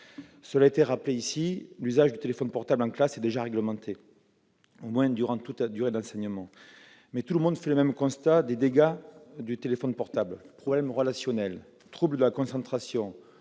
Cela a été rappelé, l'usage du téléphone portable en classe est déjà réglementé, au moins durant toute la durée des enseignements, mais tout le monde fait le constat des dégâts qu'il provoque : problèmes relationnels, troubles de la concentration